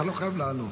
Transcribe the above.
אתה לא חייב לענות.